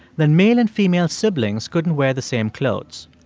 then male and female siblings couldn't wear the same clothes.